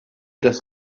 das